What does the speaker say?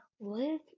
Live